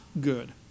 good